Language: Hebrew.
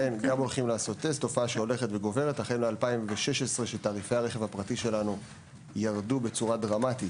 החל מ-2016 שתעריפי הרכב הפרטי שלנו ירדו בצורה דרמטית.